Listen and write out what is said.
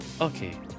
Okay